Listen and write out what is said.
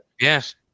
yes